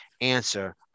answer